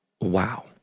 wow